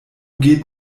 geht